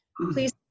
please